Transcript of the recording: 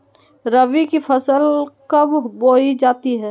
रबी की फसल कब बोई जाती है?